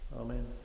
Amen